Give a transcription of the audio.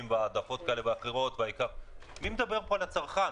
ועל העדפות כאלה ואחרים - מי מדבר על הצרכן?